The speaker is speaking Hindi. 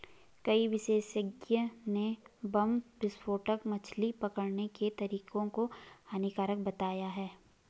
कई विशेषज्ञ ने बम विस्फोटक मछली पकड़ने के तरीके को हानिकारक बताया है